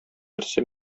берсе